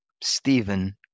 Stephen